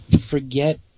forget